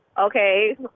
Okay